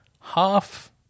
half